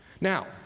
Now